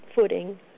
footing